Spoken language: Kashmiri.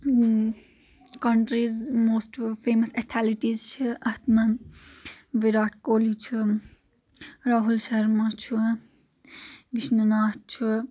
اۭں کنٹریز موسٹ فیمس ایٚتھلٹیز چھِ اتھ منٛز وِراٹھ کوہلی چھُ راحُل شرما چھُ وشنِناتھ چھُ